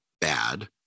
bad